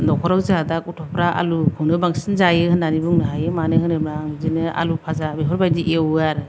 न'खराव जोंहा दा गथ'फ्रा आलु खौनो बांसिन जायो होन्नानै बुंनो हायो मानो होनोब्ला आं बिदिनो आलु फाजा बेफोरबायदि एवो आरो